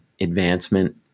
advancement